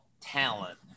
talent